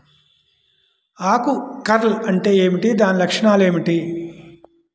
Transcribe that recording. ఆకు కర్ల్ అంటే ఏమిటి? దాని లక్షణాలు ఏమిటి?